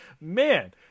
man